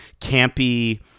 campy